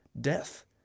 Death